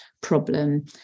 problem